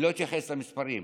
אני לא אתייחס למספרים,